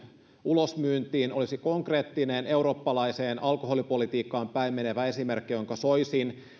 ulosmyyntiin olisi konkreettinen eurooppalaiseen alkoholipolitiikkaan päin menevä esimerkki jonka soisin